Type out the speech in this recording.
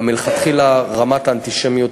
גם מלכתחילה רמת האנטישמיות,